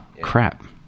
crap